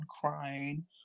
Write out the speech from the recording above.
crying